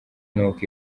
n’uko